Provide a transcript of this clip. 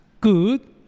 good